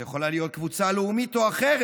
זו יכולה להיות קבוצה לאומית או אחרת.